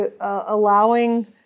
allowing